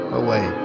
away